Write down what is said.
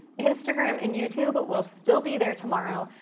instagram and youtube but will still be there tomorrow,